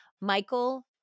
Michael